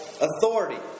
authority